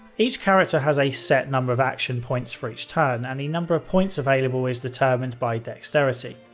each character has a set number of action points for each turn and the number of points available is determined by dexterity,